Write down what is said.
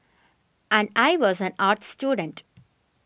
and I was an arts student